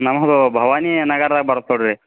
ನಮ್ಮದು ಭವಾನಿ ನಗರ ಬರ್ತವೆ ರೀ